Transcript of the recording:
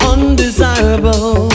Undesirable